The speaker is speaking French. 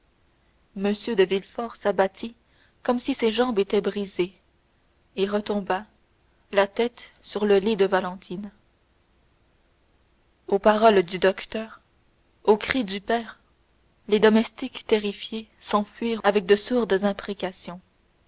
m de villefort s'abattit comme si ses jambes étaient brisées et retomba la tête sur le lit de valentine aux paroles du docteur aux cris du père les domestiques terrifiés s'enfuirent avec de sourdes imprécations